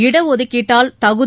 இடஒதுக்கீட்டால் தகுதி